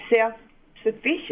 self-sufficient